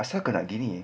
asal kau nak gini